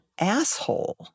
asshole